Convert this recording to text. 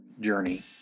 journey